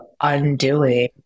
undoing